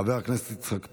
חבר הכנסת יצחק פינדרוס,